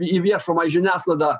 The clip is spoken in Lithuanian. į viešumą į žiniasklaidą